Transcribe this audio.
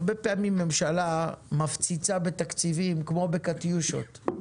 הרבה פעמים ממשלה מפציצה בתקציבים כמו בקטיושות,